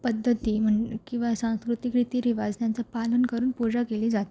पद्धती म्हण किंवा सांस्कृतिक रीतीरिवाज यांचं पालन करून पूजा केली जाते